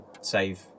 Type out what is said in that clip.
save